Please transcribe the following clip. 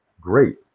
great